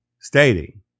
stating